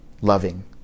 loving